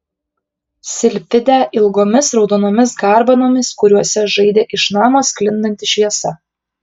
silfidę ilgomis raudonomis garbanomis kuriuose žaidė iš namo sklindanti šviesa